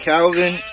Calvin